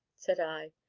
said i,